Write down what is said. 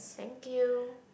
thank you